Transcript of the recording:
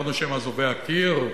אמרנו שהם אזובי הקיר,